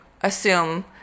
assume